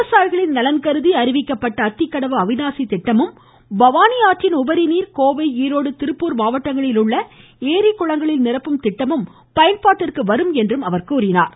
விவசாயிகளின் நலன் கருதி அறிவிக்கப்பட்ட அத்திக்கடவு அவினாசி திட்டமும் பவானி ஆற்றின் உபரி நீர் கோவை ஈரோடு திருப்பூர் மாவட்டங்களில் உள்ள ஏரி குளங்களில் நிரப்பும் திட்டமும் பயன்பாட்டிற்கு வரும் என்றும் கூறினார்